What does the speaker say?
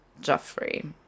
Jeffrey